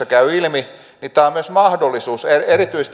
käy ilmi tämä on myös mahdollisuus mitä tulee